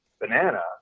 banana